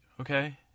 okay